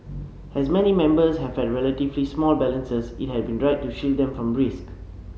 as many members have had relatively small balances it has been right to shield them from risk